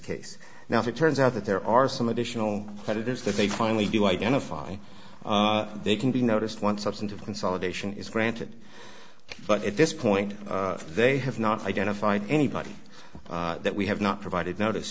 case now if it turns out that there are some additional credit is that they finally do identify they can be noticed one substantive consolidation is granted but at this point they have not identified anybody that we have not provided notice